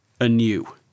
anew